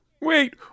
Wait